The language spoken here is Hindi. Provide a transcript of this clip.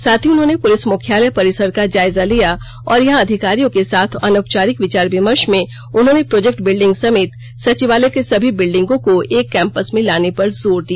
साथ ही उन्होंने पुलिस मुख्यालय परिसर का जायजा लिया और यहां अधिकारियों के साथ अनौपचारिक विचार विमर्श में उन्होंने प्रोजेक्ट बिल्डिंग समेत सचिवालय के सभी बिल्डिंगों को एक कैंपस में लाने पर जोर दिया